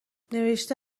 نوشته